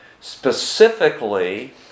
Specifically